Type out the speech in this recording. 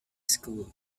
school